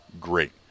Great